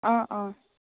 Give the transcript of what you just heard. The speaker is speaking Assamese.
অঁ অঁ